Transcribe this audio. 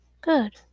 Good